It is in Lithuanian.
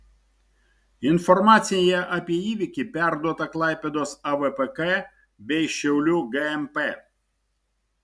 informacija apie įvykį perduota klaipėdos avpk bei šiaulių gmp